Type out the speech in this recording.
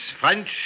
French